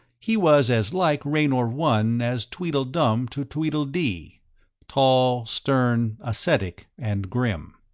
he was as like raynor one as tweedledum to tweedledee tall, stern, ascetic and grim.